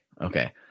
Okay